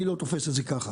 אני לא תופס את זה כך.